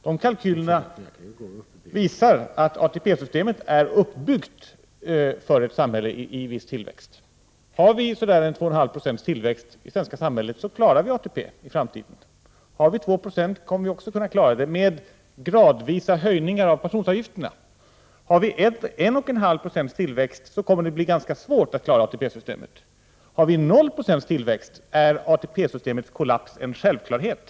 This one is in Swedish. Dessa kalkyler visar att ATP-systemet är uppbyggt för ett samhälle med en viss tillväxt. Är tillväxten 2,5 96 i samhället klarar vi ATP i framtiden. Är tillväxten 2 Zo kommer vi också att klara det, med gradvisa höjningar av pensionsavgifterna. Med 1,5 96 tillväxt kommer det att bli ganska svårt att klara ATP-systemet. Är tillväxten 0 Jo är ATP-systemets kollaps en självklarhet.